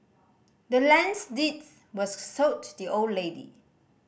the land's deeds was sold to the old lady